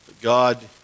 God